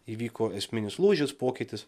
įvyko esminis lūžis pokytis